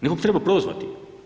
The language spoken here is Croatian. Nekog treba prozvati.